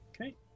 Okay